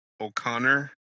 O'Connor